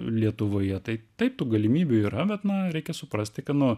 lietuvoje tai taip tų galimybių yra bet na reikia suprasti kad nu